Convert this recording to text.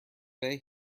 day